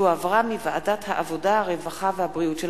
שהחזירה ועדת העבודה, הרווחה והבריאות.